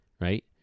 Right